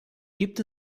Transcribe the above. gibt